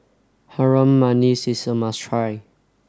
Harum Manis is a must try